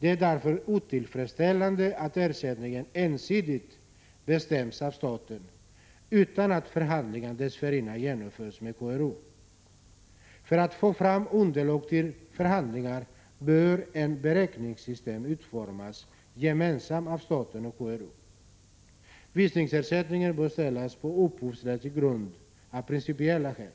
Det är därför otillfredsställande att ersättningen ensidigt bestäms av staten utan att förhandlingar dessförinnan genomförts med KRO. För att få fram underlag till förhandlingar bör ett beräkningssystem utformas gemensamt av staten och KRO. Visningsersättningen bör ställas på upphovsrättslig grund av principiella skäl.